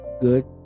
good